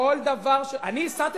אל תסית